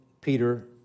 Peter